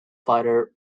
fighter